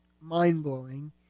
mind-blowing